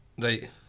right